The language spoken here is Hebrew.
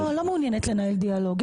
לא מעוניינת לנהל דיאלוג.